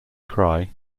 cry